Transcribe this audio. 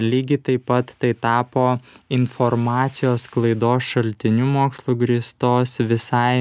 lygiai taip pat tai tapo informacijos sklaidos šaltiniu mokslu grįstos visai